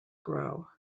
grow